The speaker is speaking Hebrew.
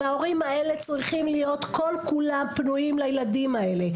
וההורים האלה צריכים להיות כל כולם פנויים לילדים האלה.